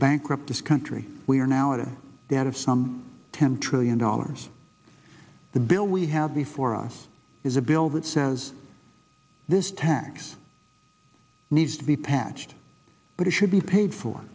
bankrupt this country we are now in a debt of some ten trillion dollars the bill we have before us is a bill that says this tax needs to be patched but it should be paid for